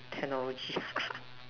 technology